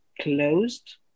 closed